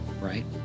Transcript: right